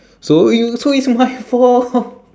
so you so it's my fault